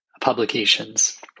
publications